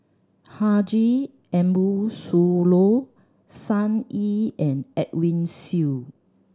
Haji Ambo Sooloh Sun Yee and Edwin Siew